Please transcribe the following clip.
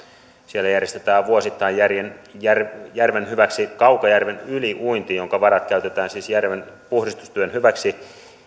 siellä järjestetään vuosittain järven järven hyväksi kaukajärven yliuinti jonka varat käytetään siis järven puhdistustyön hyväksi